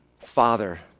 Father